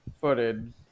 footage